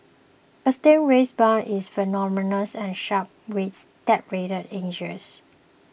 a stingray's barb is venomous and sharp with serrated edges